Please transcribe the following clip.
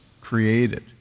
created